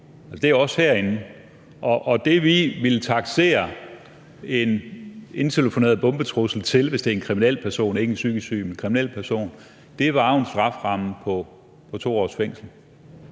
det er jo os herinde, og det, vi ville taksere en indtelefoneret bombetrussel til, hvis det var en kriminel person – ikke en psykisk syg, men en kriminel person – var jo en strafferamme på 2 års fængsel.